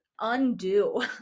undo